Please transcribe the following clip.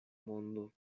mondo